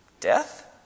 death